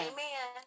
Amen